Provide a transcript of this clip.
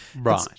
Right